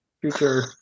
future